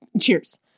cheers